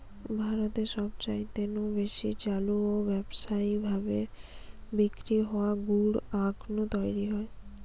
ভারতে সবচাইতে নু বেশি চালু ও ব্যাবসায়ী ভাবি বিক্রি হওয়া গুড় আখ নু তৈরি হয়